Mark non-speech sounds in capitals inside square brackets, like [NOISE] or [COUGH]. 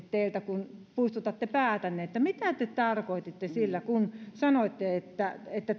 [UNINTELLIGIBLE] teiltä kun puistatte päätänne mitä te tarkoititte kun sanoitte että että [UNINTELLIGIBLE]